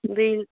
बै